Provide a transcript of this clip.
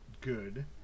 good